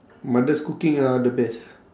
mother's cooking are the best